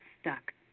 stuck